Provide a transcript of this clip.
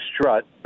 strut